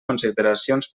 consideracions